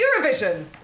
Eurovision